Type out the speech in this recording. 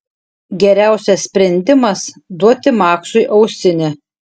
geriausias sprendimas duoti maksui ausinę